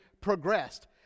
progressed